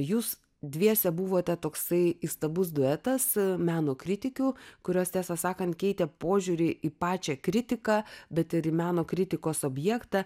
jūs dviese buvote toksai įstabus duetas meno kritikių kurios tiesą sakant keitė požiūrį į pačią kritiką bet ir į meno kritikos objektą